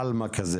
דיבור בעלמא.